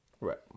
Right